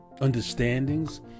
understandings